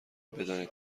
بدانید